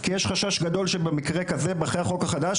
כי יש חשש גדול שבמקרה כזה אחרי החוק החדש